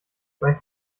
weiß